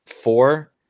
four